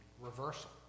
reversal